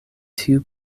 tiu